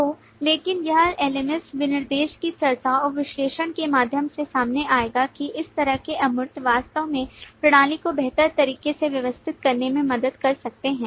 तो लेकिन यह LMS विनिर्देश की चर्चा और विश्लेषण के माध्यम से सामने आएगा कि इस तरह के अमूर्त वास्तव में प्रणाली को बेहतर तरीके से व्यवस्थित करने में मदद कर सकते हैं